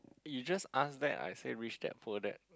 you just ask back I say rich that poor that